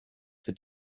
for